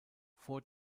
vor